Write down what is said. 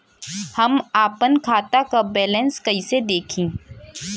हम आपन खाता क बैलेंस कईसे देखी?